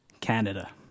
Canada